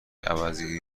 عوضی